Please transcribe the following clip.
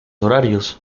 horarios